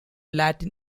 latin